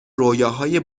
رویاهای